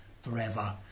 forever